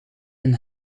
een